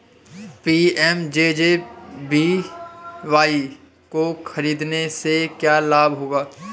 PMJJBY को खरीदने से क्या लाभ होगा?